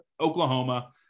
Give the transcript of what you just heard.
Oklahoma